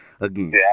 again